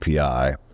API